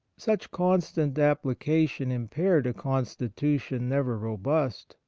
such constant application impaired a constitution never robust,